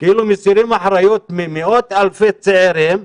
כאילו מסירים אחריות ממאות אלפי צעירים.